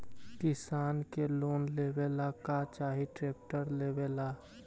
किसान के लोन लेबे ला का चाही ट्रैक्टर लेबे ला?